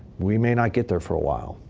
we may not get there for a while.